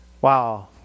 Wow